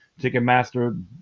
Ticketmaster